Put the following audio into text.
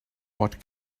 what